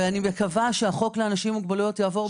אני מקווה שהחוק לאנשים עם מוגבלויות יעבור בכנסת ללא קשר לפוליטיקה.